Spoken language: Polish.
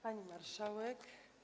Pani Marszałek!